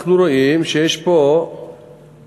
אנחנו רואים שיש פה קיצוץ